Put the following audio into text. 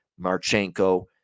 Marchenko –